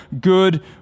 good